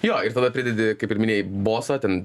jo ir tada pridedi kaip ir minėjai bosą ten